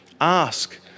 Ask